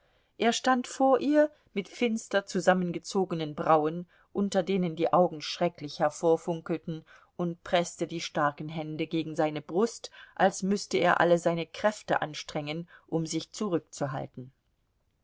er stand vor ihr mit finster zusammengezogenen brauen unter denen die augen schrecklich hervorfunkelten und preßte die starken hände gegen seine brust als müßte er alle seine kräfte anstrengen um sich zurückzuhalten